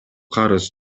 карыз